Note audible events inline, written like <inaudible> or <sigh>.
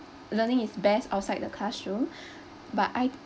learning is best outside the classroom <breath> but I